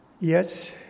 yes